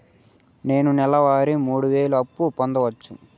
నేను నెల వారి మూడు వేలు అప్పు పొందవచ్చా?